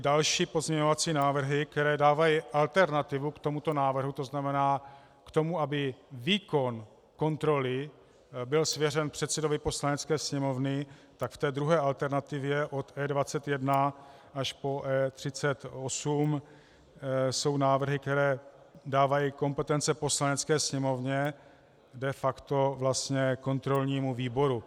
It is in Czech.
Další pozměňovací návrhy, které dávají alternativu k tomuto návrhu, to znamená k tomu, aby výkon kontroly byl svěřen předsedovi Poslanecké sněmovny, tak v té druhé alternativě od E21 až po E38 jsou návrhy, které dávají kompetence Poslanecké sněmovně, de facto vlastně kontrolnímu výboru.